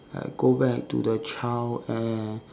I'll go back to the child and